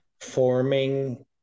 forming